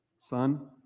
Son